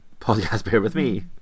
PodcastbearWithme